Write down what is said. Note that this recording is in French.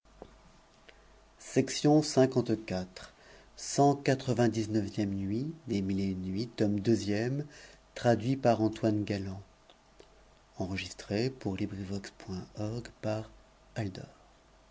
nuit par des